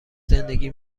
زندگی